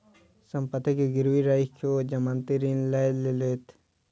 सम्पत्ति के गिरवी राइख ओ जमानती ऋण लय लेलैथ